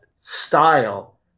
style